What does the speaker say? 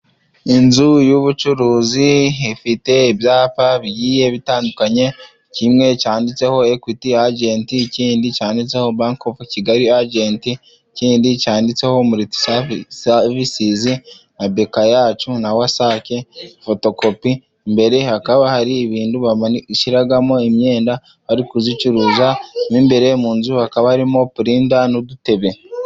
Inzu y'ubucuruzi ifite ibyapa bigiye bitandukanye, kimwe cyanditseho Ekwiti agenti, ikindi cyanditseho Banke ofu Kigali agenti, ikindi cyanditseho miritisavisizi na Beka yacu na Wasake fotokopi, mbere hakaba hari ibintu bashyiramo imyenda bari kuyicuruza, mo imbere mu nzu hakaba harimo pulinta n'udutebe,.